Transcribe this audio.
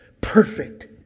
perfect